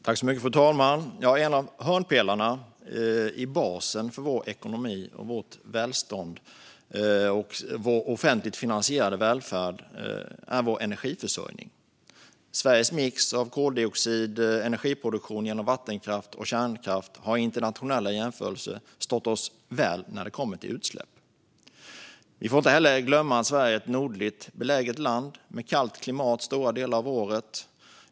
Fru talman! En av hörnpelarna i basen för vår ekonomi, vårt välstånd och vår offentligt finansierade välfärd är vår energiförsörjning. Sveriges mix av koldioxidfri energiproduktion genom vattenkraft och kärnkraft har i internationella jämförelser stått sig väl när det kommer till utsläpp. Vi får inte heller glömma att Sverige är ett nordligt beläget land med kallt klimat stora delar av året.